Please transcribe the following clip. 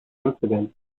incident